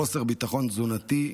חוסר ביטחון תזונתי?